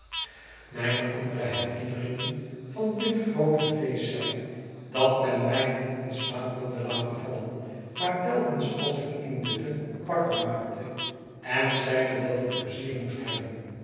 mijne andere herinneringen van dit groote feest zijn dat men mij niet in slaap wilde laten vailen maar telkens als ik indutte wakker maakte en zeide dat ik pleizier moest hebben